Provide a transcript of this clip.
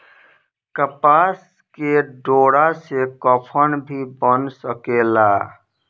कपास के डोरा से कफन भी बन सकेला